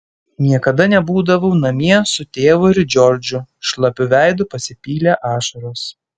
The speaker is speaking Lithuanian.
niekada nebūdavau namie su tėvu ir džordžu šlapiu veidu pasipylė ašaros